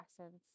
essence